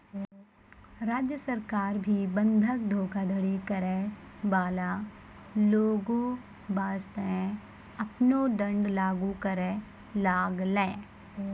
राज्य सरकार भी बंधक धोखाधड़ी करै बाला लोगो बासतें आपनो दंड लागू करै लागलै